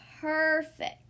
perfect